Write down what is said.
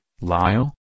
Lyle